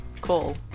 Call